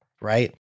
right